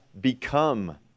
become